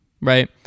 right